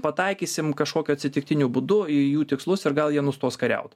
pataikysim kažkokiu atsitiktiniu būdu į jų tikslus ir gal jie nustos kariaut